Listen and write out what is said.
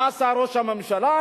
מה עשה ראש הממשלה?